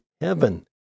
heaven